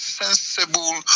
sensible